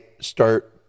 start